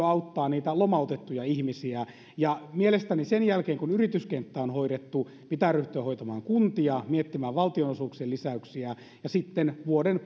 auttaa niitä lomautettuja ihmisiä mielestäni sen jälkeen kun yrityskenttä on hoidettu pitää ryhtyä hoitamaan kuntia miettimään valtionosuuksien lisäyksiä ja sitten vuoden